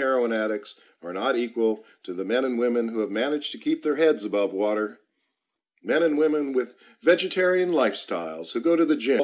heroin addicts are not equal to the men and women who manage to keep their heads above water men and women with vegetarian lifestyles who go to the gym